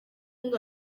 ngo